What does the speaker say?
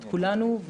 את כולנו,